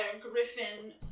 griffin